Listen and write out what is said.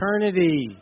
eternity